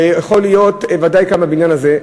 ודאי בבניין הזה,